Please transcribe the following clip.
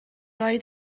rhaid